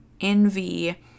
envy